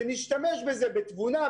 ונשתמש בזה בתבונה,